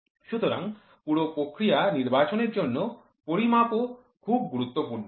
সুতরাং পুরো প্রক্রিয়া নির্বাচনের জন্য পরিমাপও খুব গুরুত্বপূর্ণ